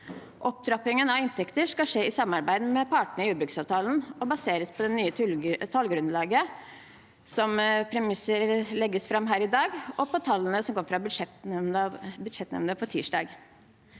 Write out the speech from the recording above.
Opptrappingen av inntekter skal skje i samarbeid med partene i jordbruksavtalen og baseres på det nye tallgrunnlaget, der premisser legges fram her i dag, og på tallene som kom fra budsjettnemnda på tirsdag.